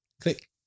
click